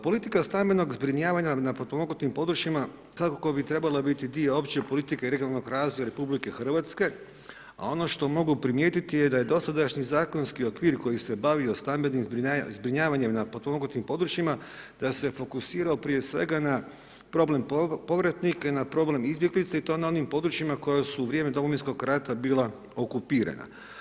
Politika stambenog zbrinjavanja na potpomognutim područjima svakako bi trebala dio opće politike regionalnog razvoja RH a ono što mogu primijetiti je da je dosadašnji zakonski okvir koji se bavio stambenim zbrinjavanjem na potpomognutim područjima da se fokusira prije svega na problem povratnika i na problem izbjeglica i to na onim područjima koja su u vrijeme Domovinskog rata bila okupirana.